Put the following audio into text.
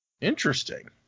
Interesting